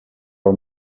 are